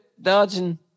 dodging